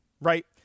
right